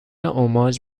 اُماج